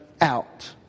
out